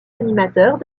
animateurs